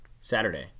Saturday